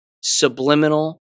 subliminal